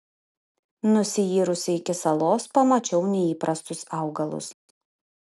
nusiyrusi iki salos pamačiau neįprastus augalus